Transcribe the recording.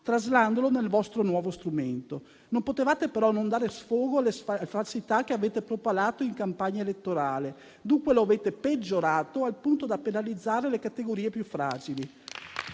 traslandolo nel vostro nuovo strumento. Non potevate però non dare sfogo alle falsità che avete propalato in campagna elettorale. Dunque, lo avete peggiorato, al punto da penalizzare le categorie più fragili.